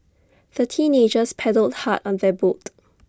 the teenagers paddled hard on their boat